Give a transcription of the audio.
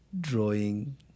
drawing